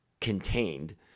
contained